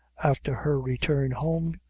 after her return home,